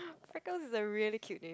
freckles are really cute